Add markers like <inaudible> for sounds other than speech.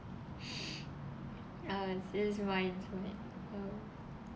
<breath> uh it is mine to me so